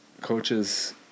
coaches